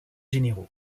généraux